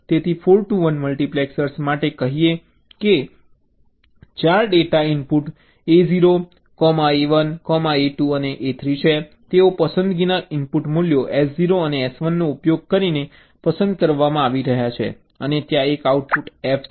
તેથી 4 to 1 multiplexer માટે કહીએ કે 4 data input A0 A1 A2 અને A3 છે તેઓ પસંદગીના ઇનપુટ મૂલ્યો S0 અને S1 નો ઉપયોગ કરીને પસંદ કરવામાં આવી રહ્યા છે અને ત્યાં એક આઉટપુટ F છે